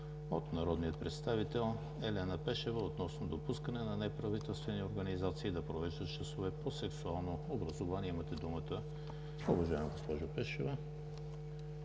от народния представител Елена Пешева относно допускане на неправителствени организации да провеждат часове по сексуално образование. Имате думата, уважаема госпожо Пешева.